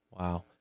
Wow